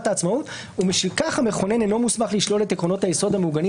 העצמאות ומשום כך המכונן אינו מוסמך לשלול את עקרונות היסוד המעוגנים